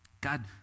God